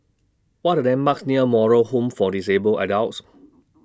What Are The landmarks near Moral Home For Disabled Adults